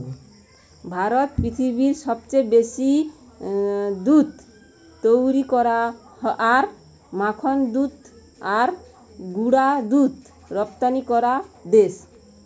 ভারত পৃথিবীর সবচেয়ে বেশি দুধ তৈরী করা আর মাখন দুধ আর গুঁড়া দুধ রপ্তানি করা দেশ